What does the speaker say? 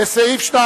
לסעיף 2